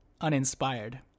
uninspired